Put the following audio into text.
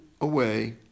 away